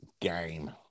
game